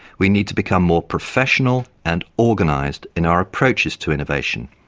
we need to become more professional and organised in our approaches to innovation,